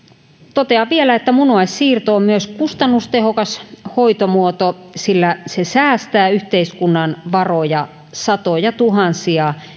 totean vielä että munuaissiirto on myös kustannustehokas hoitomuoto sillä se säästää yhteiskunnan varoja satojatuhansia